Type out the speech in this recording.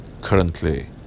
currently